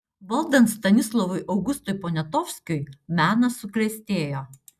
valdant stanislovui augustui poniatovskiui menas suklestėjo